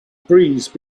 breeze